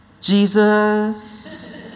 Jesus